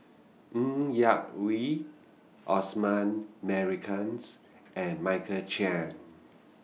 Ng Yak Whee Osman Merican and Michael Chiang